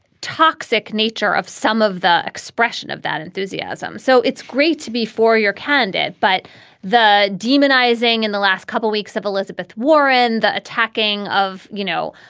toxic nature of some of the expression of that enthusiasm. so it's great to be for your candidate but the demonizing in the last couple weeks of elizabeth warren, the attacking of, you know,